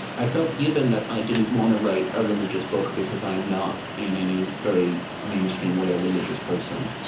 i felt, given that i didn't want to write a religious book, because i am not in any very mainstream way a religious person,